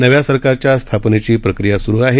नव्या सरकारच्या स्थापनेची प्रक्रिया स्रु आहे